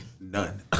None